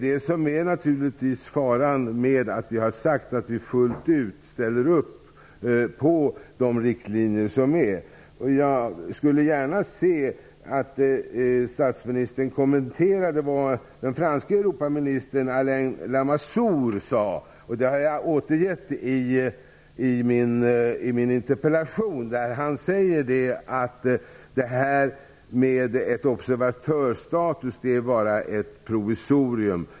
Faran ligger i att vi har sagt att vi fullt ut ställer upp. Jag skulle gärna se att statsministern kommenterade det den franske Europaministern Alain Lamassoure sade. Det har jag återgett i min interpellation. Han säger att en observatörsstatus bara är ett provisorium.